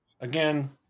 Again